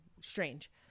strange